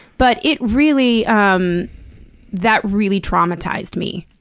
but it really. um that really traumatized me,